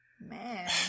Man